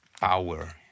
power